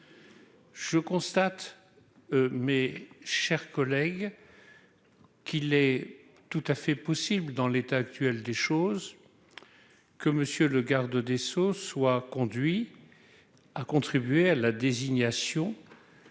je constate, mes chers collègues, qu'il est tout à fait possible dans l'état actuel des choses, que monsieur le garde des Sceaux soit conduit à contribuer à la désignation